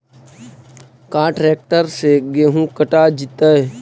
का ट्रैक्टर से गेहूं कटा जितै?